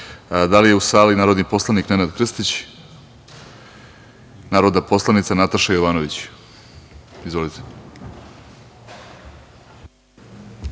li je u sali narodni poslanik Nenad Krstić? Narodna poslanica Nataša Jovanović ima reč. Izvolite.